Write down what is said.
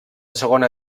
segona